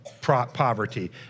poverty